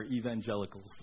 evangelicals